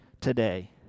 today